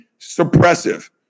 suppressive